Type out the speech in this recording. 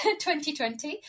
2020